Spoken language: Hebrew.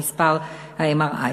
במספר מכשירי ה-MRI,